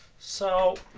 so